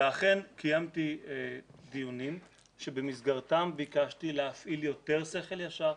ואכן קיימתי דיונים שבמסגרתם ביקשתי להפעיל יותר שכל ישר,